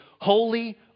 holy